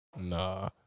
Nah